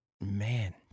Man